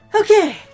Okay